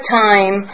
time